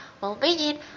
well-being